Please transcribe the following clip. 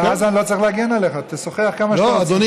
ואז אני לא צריך להגן עליך, תשוחח כמה שאתה רוצה.